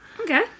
okay